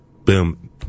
boom